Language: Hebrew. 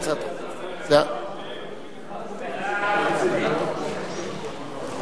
45 בעד, אחד נגד, אחד נמנע.